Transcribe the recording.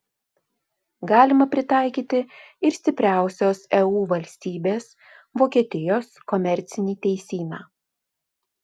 galima pritaikyti ir stipriausios eu valstybės vokietijos komercinį teisyną